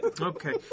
Okay